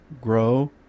grow